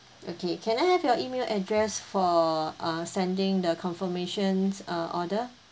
okay can I have your email address for uh sending the confirmations uh order